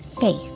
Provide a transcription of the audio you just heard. faith